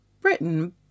Britain